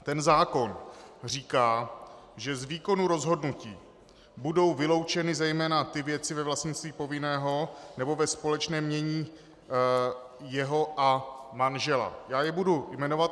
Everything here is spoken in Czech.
Ten zákon říká, že z výkonu rozhodnutí budou vyloučeny zejména ty věci ve vlastnictví povinného nebo ve společném jmění jeho a manžela já je budu jmenovat.